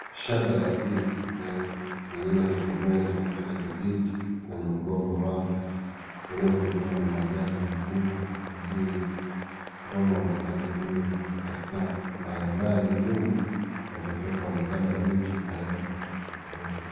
Shada la ndizi mrefu lililotegemezwa katika kijiti kwenye mgomba wake uliofunikwa na majani makubwa ya ndizi. Mgomba unaonekana kuiva na katika mandhari nyuma kuna miti aina tofauti tofauti.